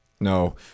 No